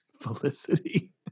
Felicity